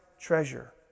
treasure